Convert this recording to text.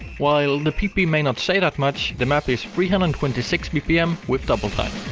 while the pp may not say that much, the map is three hundred and twenty six bpm with double